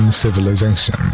civilization